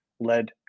led